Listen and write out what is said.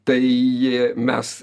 tai mes